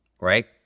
right